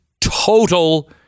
total